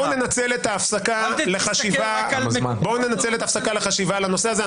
בואו ננצל את ההפסקה לחשיבה על הנושא הזה.